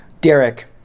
Derek